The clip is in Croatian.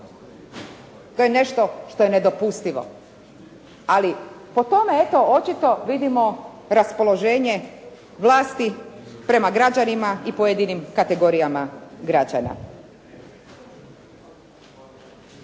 To je nešto što je nedopustivo, ali po tome eto očito vidimo raspoloženje vlasti prema građanima i pojedinim kategorijama građana.